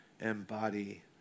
embody